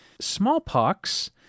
Smallpox